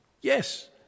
Yes